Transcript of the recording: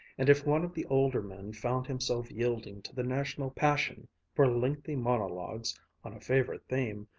and if one of the older men found himself yielding to the national passion for lengthy monologues on a favorite theme,